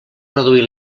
reduir